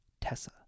Tessa